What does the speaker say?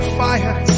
fire